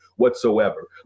whatsoever